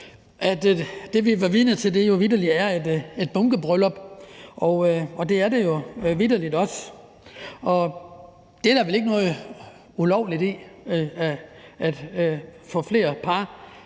at det, vi er vidne til, er et bunkebryllup, og det er det jo vitterlig også. Der er vel ikke noget ulovligt i at få flere par